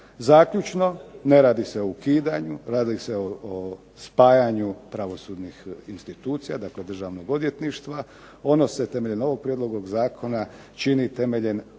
Zaključno. Ne radi se o ukidanju, radi se o spajanju pravosudnih institucija, dakle državnog odvjetništva. Ono se temeljem ovog prijedloga zakona čini temeljem